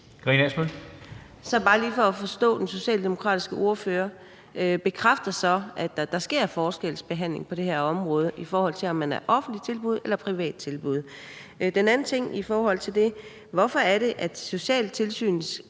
(DF): Det er bare lige for at forstå det: Den socialdemokratiske ordfører bekræfter så, at der sker forskelsbehandling på det her område, i forhold til om man er et offentligt tilbud eller et privat tilbud. Den anden ting i forhold til det er: Hvorfor er det, at socialtilsynet